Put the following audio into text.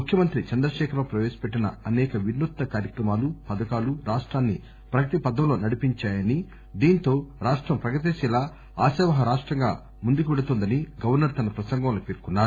ముఖ్యమంత్రి చంద్రశేఖరరావు ప్రవేశపెట్టిన అసేక వినూత్న కార్యక్రమాలు పథకాలు రాష్టాన్ని ప్రగతి పథంలో నడిపించాయని దీంతో రాష్టం ప్రగతిశీల ఆశావహ రాష్టంగా ముందుకెళుతోందని గవర్సర్ తన ప్రసంగంలో పేర్కొన్నారు